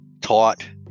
taught